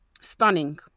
Stunning